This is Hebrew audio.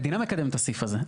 המדינה מקדמת את הסעיף הזה.